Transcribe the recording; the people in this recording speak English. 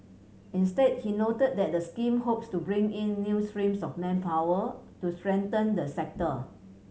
instead he noted that the scheme hopes to bring in new streams of manpower to strengthen the sector